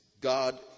god